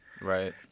Right